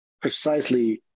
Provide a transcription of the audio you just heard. precisely